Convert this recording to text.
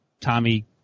Tommy